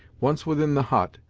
once within the hut,